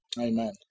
Amen